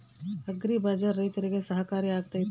Agri bazaar ರೈತರಿಗೆ ಸಹಕಾರಿ ಆಗ್ತೈತಾ?